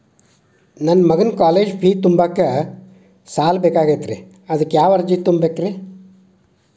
ನನ್ನ ಮಗನ college fee ತುಂಬಲಿಕ್ಕೆ ಸಾಲ ಬೇಕಾಗೆದ್ರಿ ಅದಕ್ಯಾವ ಅರ್ಜಿ ತುಂಬೇಕ್ರಿ?